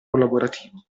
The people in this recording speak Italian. collaborativo